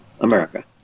America